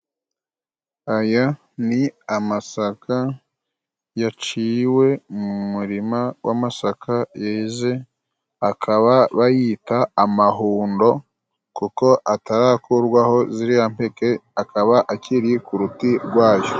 Aya ni amasaka yaciwe mumurima w'amasaka yeze akaba bayita amahundo kuko atarakurwaho ziriya mpeke akaba akiri kuruti rwayo.